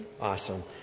Awesome